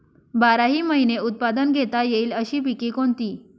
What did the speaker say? बाराही महिने उत्पादन घेता येईल अशी पिके कोणती?